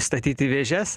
statyt į vėžes